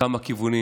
כמה כיוונים,